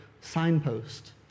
signpost